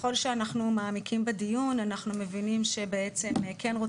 ככול שאנחנו מעמיקים בדיון אנחנו מבינים שרוצים